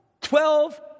Twelve